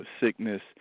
sickness